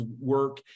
work